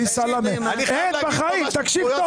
אין, בחיים, תקשיב טוב.